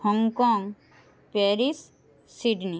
Hong Kong Paris Sydney